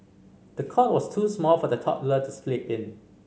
the cot was too small for the toddler to sleep in